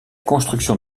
construction